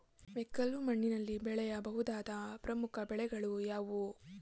ಮೆಕ್ಕಲು ಮಣ್ಣಿನಲ್ಲಿ ಬೆಳೆಯ ಬಹುದಾದ ಪ್ರಮುಖ ಬೆಳೆಗಳು ಯಾವುವು?